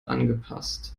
angepasst